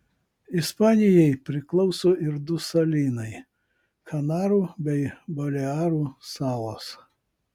ispanijai priklauso ir du salynai kanarų bei balearų salos